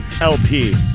LP